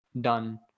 done